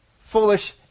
foolish